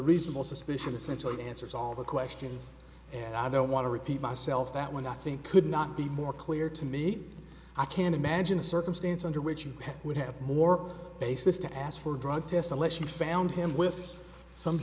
reasonable suspicion essentially it answers all the questions and i don't want to repeat myself that when i think could not be more clear to me i can't imagine a circumstance under which you would have more basis to ask for a drug test unless you found him with some